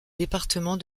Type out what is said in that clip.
département